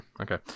okay